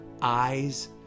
eyes